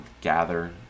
gather